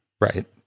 right